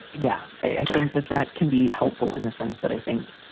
yeah, i think that that can be helpful in the sense that i think